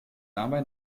dabei